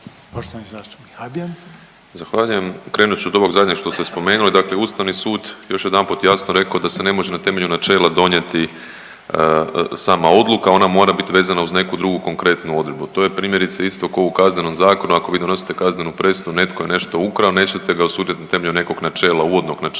**Habijan, Damir (HDZ)** Zahvaljujem. Krenut ću od ovog zadnjeg što ste spomenuli. Dakle, Ustavni sud još jedanput je jasno rekao da se ne može na temelju načela donijeti sama odluka. Ona mora biti vezana uz neku drugu konkretnu odredbu. To je primjerice isto kao u Kaznenom zakonu, ako vi donosite kaznenu presudu netko je nešto ukrao nećete ga osuditi na temelju nekog načela, uvodnog načela